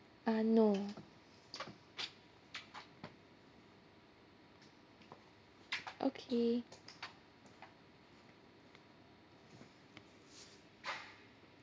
uh no okay